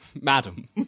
madam